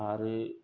आरो